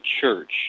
Church